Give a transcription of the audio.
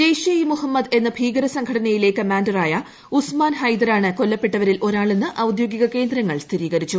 ജെയ്ഷെ ഇ മൊഹമ്മദ് എന്ന ഭീകര സംഘടനയിലെ കമാന്ററായ ഉസ്മാൻ ഹൈദരാണ് കൊല്ലപ്പെട്ടവരിൽ ഒരാളെന്ന് ഔദ്യോഗിക കേന്ദ്രങ്ങൾ സ്ഥിരീകരിച്ചു